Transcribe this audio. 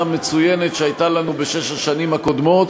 המצוינת שהייתה לנו בשש השנים הקודמות.